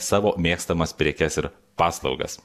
savo mėgstamas prekes ir paslaugas